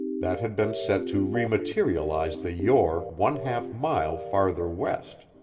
that had been set to re-materialize the yore one half mile farther west.